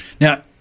Now